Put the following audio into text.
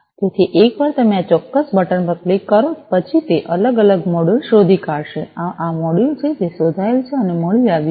તેથી એકવાર તમે આ ચોક્કસ બટન પર ક્લિક કરો પછી તે અલગ અલગ મોડ્યુલ શોધી કાઢશે અને આ આ મોડ્યુલ છે જે શોધાયેલ છે અને મળી આવ્યું છે